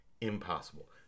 impossible